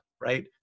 right